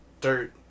dirt